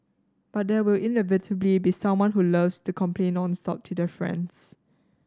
but there will inevitably be someone who loves to complain nonstop to their friends